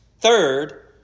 Third